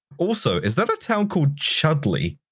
also, is that a town called chudley?